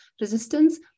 resistance